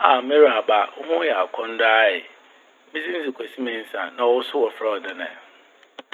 Ahhh! M'ewuraba, wo ho yɛ akɔndɔ aeee! Me dzin Kwesi Mensa na wo so wɔfrɛ wo dɛn ɛ?